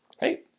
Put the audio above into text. hey